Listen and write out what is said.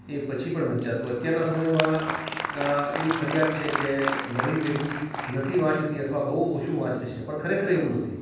એ પછી પણ વંચાતું અત્યારના સમયમાં એવી ફરિયાદ છે કે નવી પેઢી નથી વાંચતી અથવા બહુ ઓછું વાંચે છે પણ ખરેખર એવું નથી